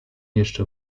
jeszcze